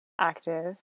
active